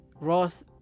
Ross